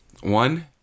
One